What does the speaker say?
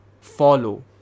follow